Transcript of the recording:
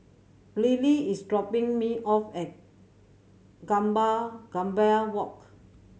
Briley is dropping me off at Gambir Walk